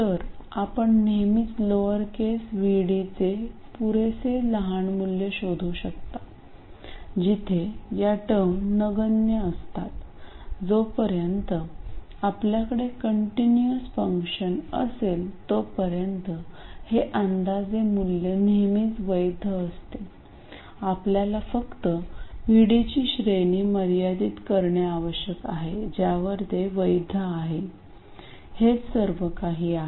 तर आपण नेहमीच लोअर केस vd चे पुरेसे लहान मूल्य शोधू शकता जिथे या टर्म नगण्य असतात जोपर्यंत आपल्याकडे कंटिन्यू फंक्शन असेल तोपर्यंत हे अंदाजे मूल्य नेहमीच वैध असते आपल्याला फक्त VD ची श्रेणी मर्यादित करणे आवश्यक आहे ज्यावर ते वैध आहे हेच सर्वकाही आहे